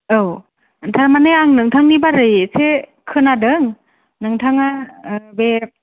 औ थारमाने आं नोंथांनि सोमोन्दै इसे खोनादों नोंथाङा ओ बे